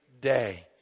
day